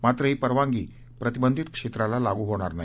मात्र ही परवानगी प्रतिबंधित क्षेत्राला लागू होणार नाही